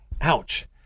Ouch